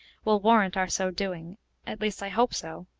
will warrant our so doing at least, i hope so.